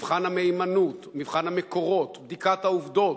מבחן המהימנות, מבחן המקורות, בדיקת העובדות,